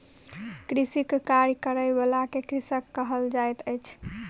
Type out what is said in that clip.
कृषिक कार्य करय बला के कृषक कहल जाइत अछि